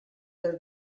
dos